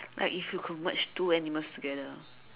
like if you could merge two animals together